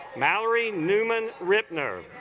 mallory newman rippner